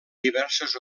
diverses